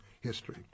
history